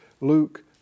Luke